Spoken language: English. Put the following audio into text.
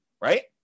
right